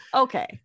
okay